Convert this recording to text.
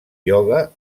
ioga